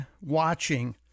watching